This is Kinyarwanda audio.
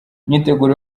imyiteguro